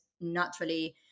naturally